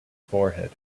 forehead